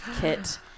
kit